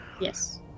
Yes